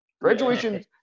Graduation